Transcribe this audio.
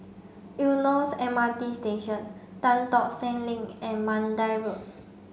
Eunos M R T Station Tan Tock Seng Link and Mandai Road